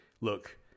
look